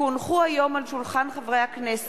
כי הונחו היום על שולחן הכנסת,